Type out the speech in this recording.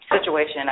situation